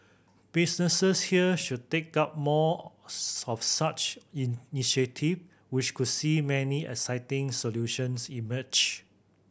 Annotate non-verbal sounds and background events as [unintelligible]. businesses here should take up more [unintelligible] of such in initiative which could see many exciting solutions emerge